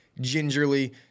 gingerly